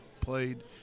played